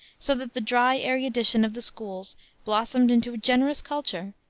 so that the dry erudition of the schools blossomed into a generous culture,